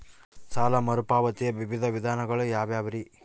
ಸಾಲ ಮರುಪಾವತಿಯ ವಿವಿಧ ವಿಧಾನಗಳು ಯಾವ್ಯಾವುರಿ?